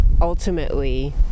ultimately